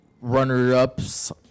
runner-ups